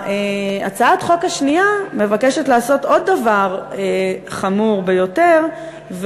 הצעת החוק השנייה מבקשת לעשות עוד דבר חמור ביותר,